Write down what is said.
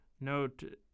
Note